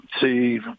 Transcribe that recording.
see